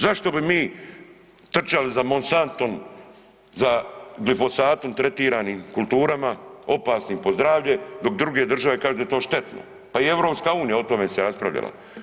Zašto bi mi trčali za Monsanton, za glifosatom tretiranim kulturama, opasnim po zdravlje dok druge države kažu da je to štetno, pa i EU o tome se raspravljala.